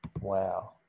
Wow